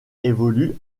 évolue